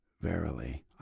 Verily